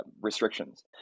restrictions